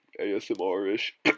ASMR-ish